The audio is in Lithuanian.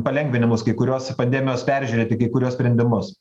palengvinimus kai kuriuos pandemijos peržiūrėti kai kuriuos sprendimus